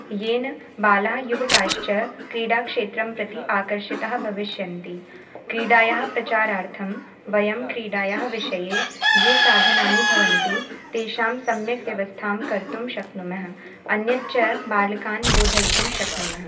येन बाला युवकाश्च क्रीडाक्षेत्रं प्रति आकर्षिताः भविष्यन्ति क्रीडायाः प्रचारार्थं वयं क्रीडायाः विषये ये साधनानि भवन्ति तेषां सम्यक् व्यवस्थां कर्तुं शक्नुमः अन्यत् च बालकान् बोधयितुं शक्नुमः